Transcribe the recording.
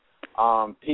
People